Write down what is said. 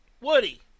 Woody